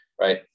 right